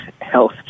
health